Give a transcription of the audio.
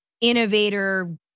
innovator